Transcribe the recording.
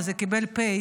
וזה קיבל פ',